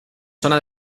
zona